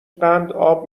قنداب